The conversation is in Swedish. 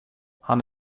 han